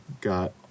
got